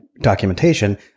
documentation